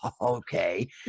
okay